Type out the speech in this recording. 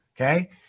okay